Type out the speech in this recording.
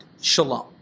Shalom